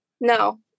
No